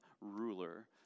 ruler